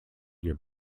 your